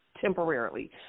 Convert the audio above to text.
temporarily